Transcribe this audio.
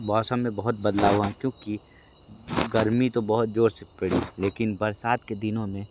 मौसम में बहुत बदलाव आए हैं क्योंकि गर्मी तो बहुत ज़ोर से पड़ी लेकिन बरसात के दिनों में